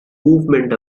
movement